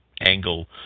angle